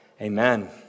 Amen